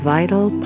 vital